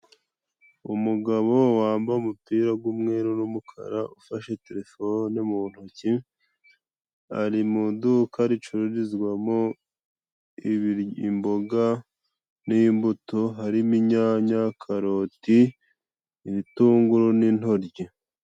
Umugabo wambaye umupira w'umweru n'umukara, ufashe terefone mu ntoki, ari mu iduka ricururizwamo imboga n'imbuto, harimo: inyanya, karoti, ibitunguru, n'intoryi.